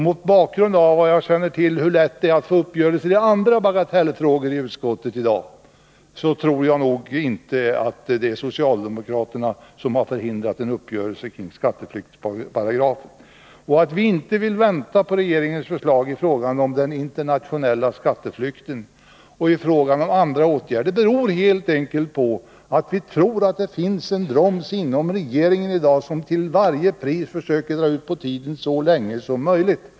Mot bakgrund av hur svårt - Nr 34 det är att numera nå uppgörelser i bagatellärenden i utskottet tror jag inte att Onsdagen den det är socialdemokraterna som förhindrat en uppgörelse kring skatteflykts 26 november 1980 paragrafen. Att vi inte vill vänta på regeringens förslag i fråga om den internationella skatteflykten och i fråga om andra åtgärder beror helt enkelt på att vi tror att det finns en broms inom regeringen, som till varje pris försöker dra ut på tiden så länge som möjligt.